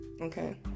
Okay